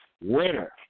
winner